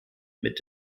mit